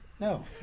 No